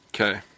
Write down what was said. Okay